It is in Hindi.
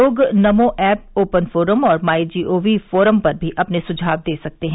लोग नमो एप ओपन फोरम और माई जीओवी फोरम पर भी अपने सुझाव दे सकते हैं